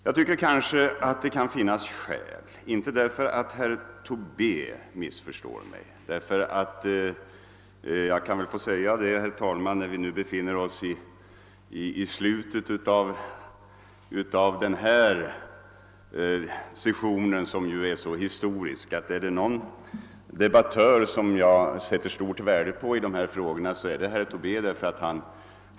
Jag kan väl, herr talman, när vi nu befinner oss i slutet av denna session, som ju är så historisk, få framhålla, att är det någon debattör i dessa frågor som jag sätter stort värde på är det herr Tobé.